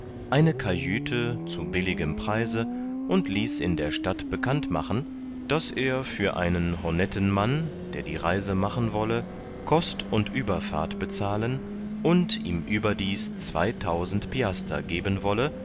eine kajüte zu billigem preise und ließ in der stadt bekannt machen daß er für einen honetten mann der die reise machen wolle kost und ueberfahrt bezahlen und ihm überdies zweitausend piaster geben wolle